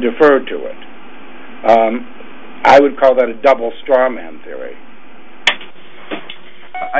defer to it i would call that a double straw man theory